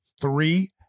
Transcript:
three